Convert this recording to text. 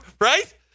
Right